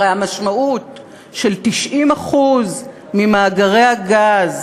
הרי המשמעות של 90% ממאגרי הגז